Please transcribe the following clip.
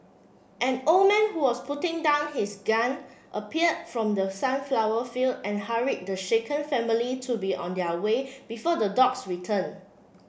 an old man who was putting down his gun appeared from the sunflower field and hurried the shaken family to be on their way before the dogs return